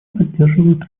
поддерживают